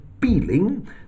feeling